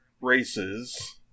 races